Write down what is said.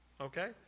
okay